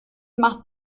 macht